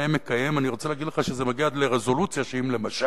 נאה מקיים" אני רוצה להגיד לך שזה מגיע עד לרזולוציה שלמשל